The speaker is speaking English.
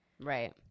right